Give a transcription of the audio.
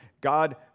God